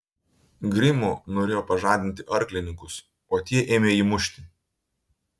grimo norėjo pažadinti arklininkus o tie ėmė jį mušti